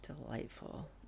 Delightful